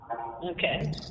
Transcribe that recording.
Okay